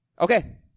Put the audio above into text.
Okay